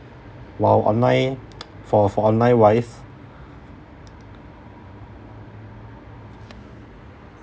while online for for online wise